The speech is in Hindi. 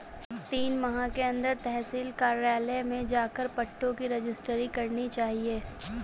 तीन माह के अंदर तहसील कार्यालय में जाकर पट्टों की रजिस्ट्री करानी चाहिए